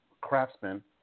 craftsman